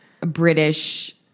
British